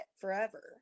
forever